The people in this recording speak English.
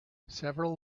several